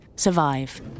Survive